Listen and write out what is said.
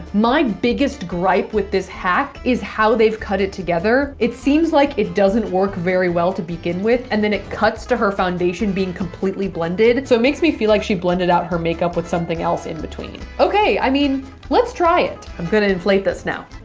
my biggest gripe with this hack is how they've cut it together, it seems like it doesn't work very well to begin with and then it cuts to her foundation being completely blended, so it makes me feel like she blended out her makeup with something else in between. okay. i mean let's try it i'm gonna inflate this now